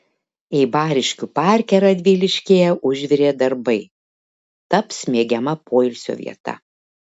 eibariškių parke radviliškyje užvirė darbai taps mėgiama poilsio vieta